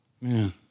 man